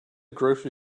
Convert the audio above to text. grocery